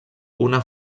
una